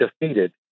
defeated